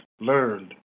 learned